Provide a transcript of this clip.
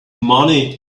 money